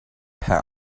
pat